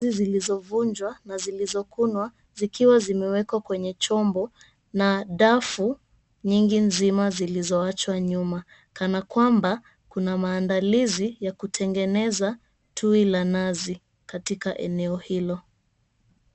Nazi zilizovunjwa na zilizokunwa, zikiwa zimewekwa kwenye chombo na dafu nyingi nzima zilizoachwa nyuma kana kwamba kuna maandalizi ya kutengeneza tui la nazi katika eneo hilo.